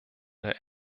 der